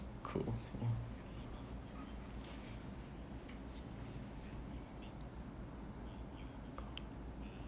cool